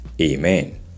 Amen